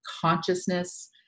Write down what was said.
consciousness